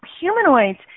humanoids